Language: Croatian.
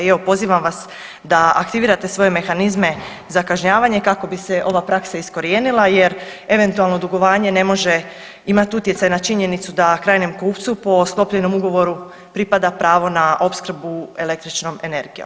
I evo pozivam vas da aktivirate svoje mehanizme za kažnjavanje kako bi se ova praksa iskorijenila, jer eventualno dugovanje ne može imati utjecaj na činjenicu da krajnjem kupcu po sklopljenom ugovoru pripada pravo na opskrbu električnom energijom.